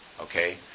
okay